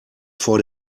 vor